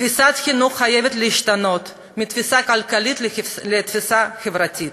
תפיסת החינוך חייבת להשתנות מתפיסה כלכלית לתפיסה חברתית.